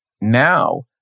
now